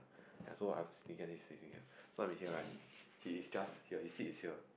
ya so I'm sitting here then he's sitting here so I'm in here right he's just his seat is here